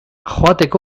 joateko